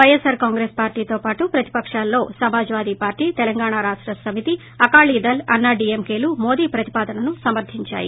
YSR Congress party తో పాటు ప్రతిపకాల్లో సమాజ్ వాదీ పార్లీ తెలంగాణ రాష్ట సమితి అకాలీదళ్ అన్నా డీఎంకేలు మోదీ ప్రతిపాదనను సమర్గించాయి